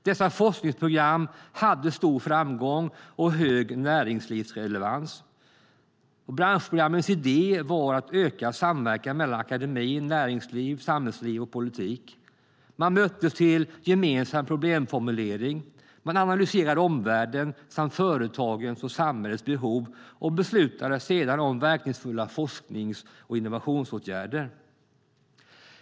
Dessa forskningsprogram hade stor framgång och hög näringslivsrelevans. Branschprogrammens idé var att öka samverkan mellan akademi, näringsliv, samhällsliv och politik. Man möttes till gemensam problemformulering. Man analyserade omvärlden samt företagens och samhällets behov och beslutade sedan om verkningsfulla forsknings och innovationsåtgärder.